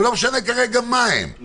צריך להיות